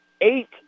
eight